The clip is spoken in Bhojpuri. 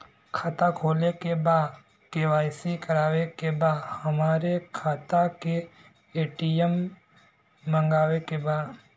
खाता खोले के बा के.वाइ.सी करावे के बा हमरे खाता के ए.टी.एम मगावे के बा?